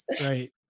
right